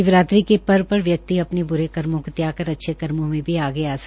शिवरात्रि के पर्व पर व्यक्ति अपने ब्रे कर्मों को त्याग कर अच्छे कर्मों में भी आगे आ सकता है